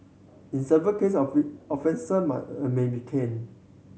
in severe case might may be caned